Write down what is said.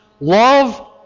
love